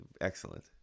Excellent